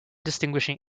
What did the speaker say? distinguishing